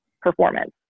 performance